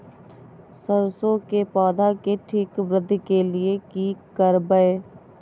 सरसो के पौधा के ठीक वृद्धि के लिये की करबै?